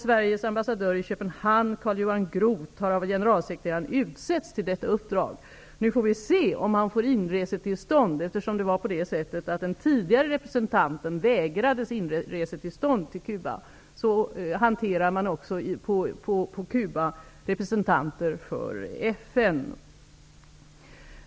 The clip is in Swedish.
Sveriges ambassadör i Köpenhamn, Carl-Johan Groth, har av generalsekreteraren utsetts till detta uppdrag. Nu får vi se om han får inresetillstånd. Den tidigare representanten vägrades inresetillstånd till Cuba. Så hanteras på Cuba också representanter för FN.